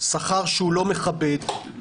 שכר לא מכבד,